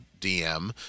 DM